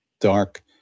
dark